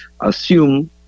assume